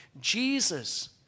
Jesus